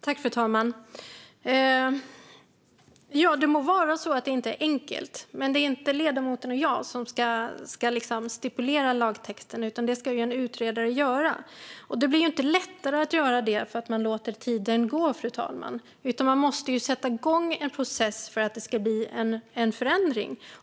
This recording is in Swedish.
Fru talman! Det må vara så att det inte är enkelt. Men det är inte ledamoten och jag som ska stipulera lagtexten, utan det ska en utredare göra. Det blir inte lättare att göra det för att man låter tiden gå, fru talman, utan man måste sätta igång en process för att det ska bli en förändring.